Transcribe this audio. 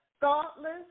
thoughtless